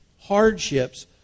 hardships